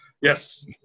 Yes